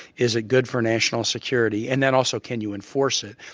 is it good for national security and then also can you enforce it.